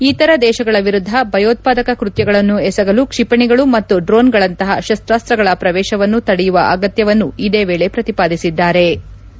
ಇತರ ದೇಶಗಳ ವಿರುದ್ದ ಭಯೋತ್ವಾದಕ ಕೃತ್ಯಗಳನ್ನು ಎಸಗಲು ಕ್ಷಿಪಣಿಗಳು ಮತ್ತು ಡ್ರೋನ್ಗಳಂತಹ ಶಸ್ತಾಸ್ತಗಳ ಪ್ರವೇಶವನ್ನು ತಡೆಯುವ ಅಗತ್ಯವನ್ನು ಇದೇ ವೇಳೆ ಪ್ರತಿಪಾದಿಸಿವೆ